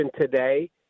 today